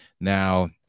Now